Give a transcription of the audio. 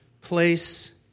place